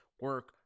Work